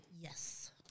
Yes